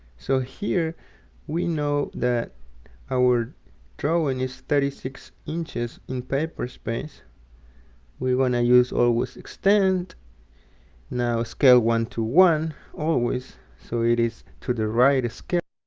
so here we know that my drawing is thirty six inches in paper space we wanna use always extend now scale one to one always, so it is to the right scale